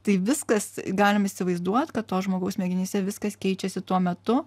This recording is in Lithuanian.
tai viskas galim įsivaizduot kad to žmogaus smegenyse viskas keičiasi tuo metu